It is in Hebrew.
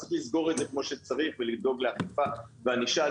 אז צריך לסגור את זה כמו שצריך ולדאוג לאכיפה וענישה.